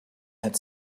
had